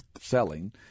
selling